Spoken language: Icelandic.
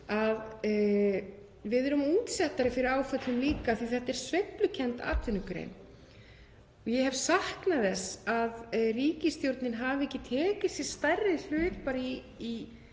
við líka útsettari fyrir áföllum af því að hún er sveiflukennd atvinnugrein. Ég hef saknað þess að ríkisstjórnin hafi ekki tekið sér stærri hlut í